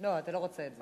לא, אתה לא רוצה את זה.